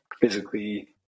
physically